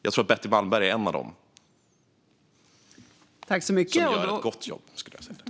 Jag tror att Betty Malmberg är en av dem som gör ett gott jobb.